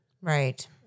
Right